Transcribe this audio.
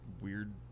weird